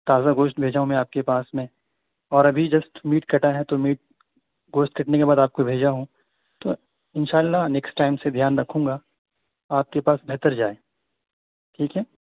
تازہ گوشت بھیجا ہوں میں آپ کے پاس میں اور ابھی جسٹ میٹ کٹا ہے تو میٹ گوشت کٹنے کے بعد آپ کو بھیجا ہوں تو ان شاء اللہ نیکسٹ ٹائم سے دھیان رکھوں گا آپ کے پاس بہتر جائے ٹھیک ہے